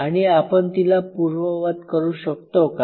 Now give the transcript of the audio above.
आणि आपण तिला पुन्हा पुर्ववत करू शकतो का